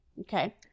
okay